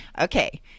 Okay